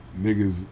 niggas